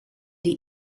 die